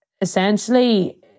essentially